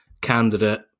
candidate